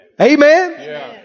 Amen